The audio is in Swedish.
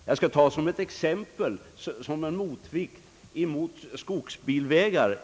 Jag skall ta ett exempel som motvikt mot skogsbilvägar.